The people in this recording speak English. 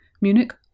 Munich